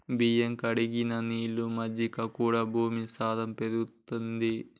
బియ్యం కడిగిన నీళ్లు, మజ్జిగ కూడా భూమి సారం పెరుగుతది